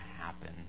happen